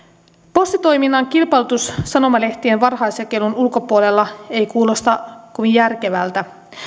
postitoiminnan kilpailutus sanomalehtien varhaisjakelun ulkopuolella ei kuulosta kovin järkevältä